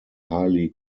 highly